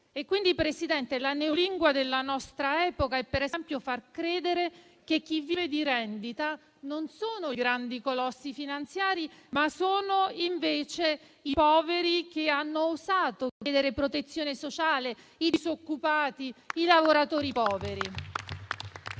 signor Presidente, la neolingua della nostra epoca è, ad esempio, far credere che a vivere di rendita non sono i grandi colossi finanziari, ma i poveri che hanno osato chiedere protezione sociale, i disoccupati, i lavoratori poveri.